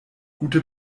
gute